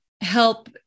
help